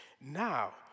Now